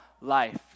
life